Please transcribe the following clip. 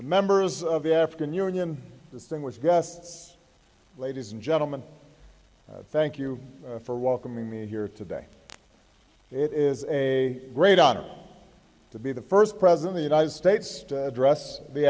the members of the african union distinguished guests ladies and gentlemen thank you for welcoming me here today it is a great honor to be the first president the united states address the